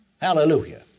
Hallelujah